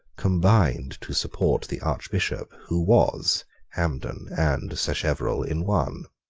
combined to support the archbishop who was hampden and sacheverell in one.